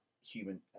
human